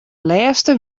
lêste